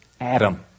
Adam